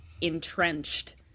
entrenched